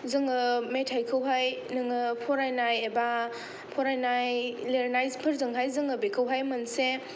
जोङो मेथाइखौहाय नोङो फरायनाय एबा फरायनाय लिरनायफोरजोंहाय जोङो बेखौहाय मोनसे